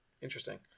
Interesting